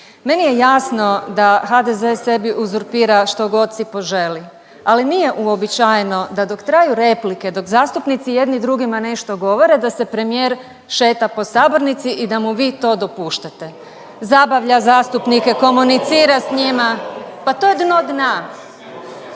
Meni je jasno da HDZ sebi uzurpira što god si poželi, ali nije uobičajeno da dok traju replike, dok zastupnici jedni drugima nešto govore, da se premijer šeta po sabornici i da mu vi to dopuštate. Zabavlja zastupnike, komunicira s njima. Pa to je dno dna.